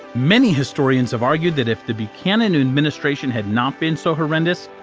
many historians have argued that if the buchanan administration had not been so horrendous,